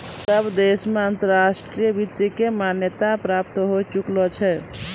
सब देश मे अंतर्राष्ट्रीय वित्त के मान्यता प्राप्त होए चुकलो छै